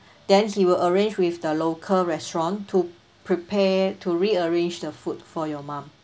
then he will arrange with the local restaurant to prepare to rearrange the food for your mum